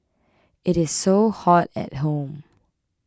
it is so hot at home